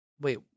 Wait